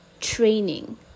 training